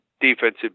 defensive